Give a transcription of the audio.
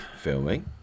filming